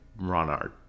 Ronard